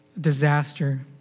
disaster